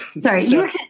Sorry